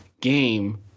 game